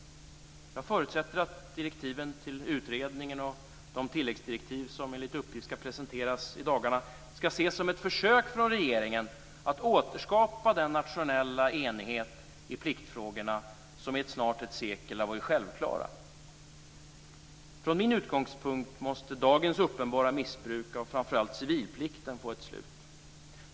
Jag förutsätter att direktiven till utredningen och de tilläggsdirektiv som enligt uppgift skall presenteras i dagarna skall ses som ett försök av regeringen att återskapa den nationella enighet i pliktfrågorna som varit självklar i snart ett sekel. Från min utgångspunkt måste dagens uppenbara missbruk av framför allt civilplikten få ett slut.